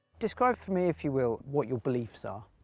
describe for me if you will, what your beliefs are?